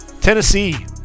Tennessee